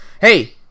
Hey